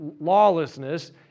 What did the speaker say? lawlessness